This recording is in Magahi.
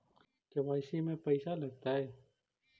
के.वाई.सी में पैसा लगतै?